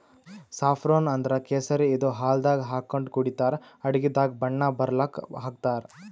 saffron ಅಂದ್ರ ಕೇಸರಿ ಇದು ಹಾಲ್ದಾಗ್ ಹಾಕೊಂಡ್ ಕುಡಿತರ್ ಅಡಗಿದಾಗ್ ಬಣ್ಣ ಬರಲಕ್ಕ್ ಹಾಕ್ತಾರ್